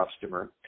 customer